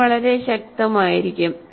ഇത് വളരെ ശക്തമായിരിക്കും